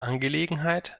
angelegenheit